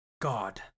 God